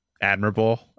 admirable